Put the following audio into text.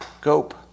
cope